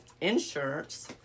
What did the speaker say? insurance